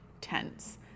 tense